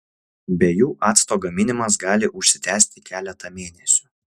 be jų acto gaminimas gali užsitęsti keletą mėnesių